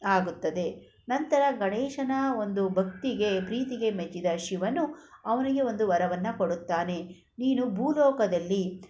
ಆಗುತ್ತದೆ ನಂತರ ಗಣೇಶನ ಒಂದು ಭಕ್ತಿಗೆ ಪ್ರೀತಿಗೆ ಮೆಚ್ಚಿದ ಶಿವನು ಅವನಿಗೆ ಒಂದು ವರವನ್ನು ಕೊಡುತ್ತಾನೆ ನೀನು ಭೂಲೋಕದಲ್ಲಿ